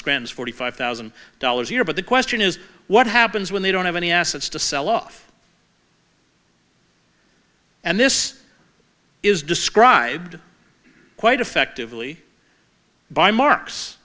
scrims forty five thousand dollars here but the question is what happens when they don't have any assets to sell off and this is described quite effectively by mar